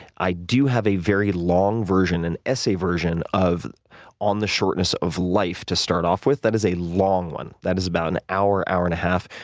i do have a very long version, an essay version, of on the shortness of life to start off with. that is a long one. that is about an hour, hour and a half.